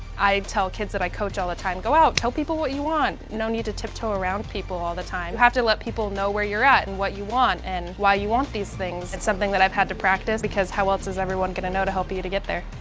i tell kids that i coach all the time, go out tell people what you want, no need to tiptoe around people all the time. you have to let people know where you're at and what you want and why you want these things. it's something that i've had to practice, because how else is everyone going to know to help you you to get there?